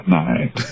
night